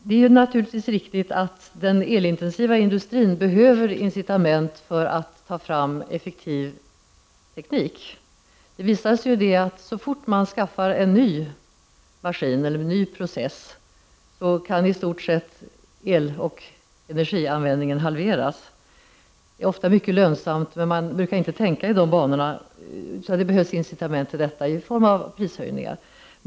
Herr talman! Det är naturligtvis riktigt att den elintensiva industrin behöver incitament för att ta fram effektiv teknik. Det visar sig att energianvändningen, så fort man inför en ny maskin eller process, i stort sett kan halveras. Det är ofta mycket lönsamt, men man brukar inte tänka i de banorna. Det behövs alltså incitament i form av prishöjningar.